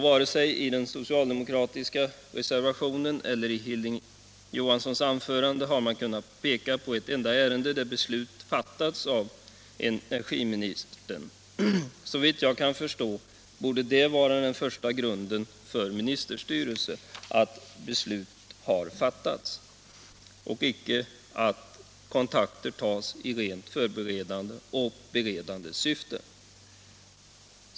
Varken i den socialdemokratiska reservationen eller i Hilding Johanssons anförande har man kunnat peka på ett enda ärende där beslut fattats av energiministern. Såvitt jag kan förstå borde det vara den första grunden för ministerstyrelse — att beslut har fattats och icke att kontakter tas i rent förberedande och beredande syfte.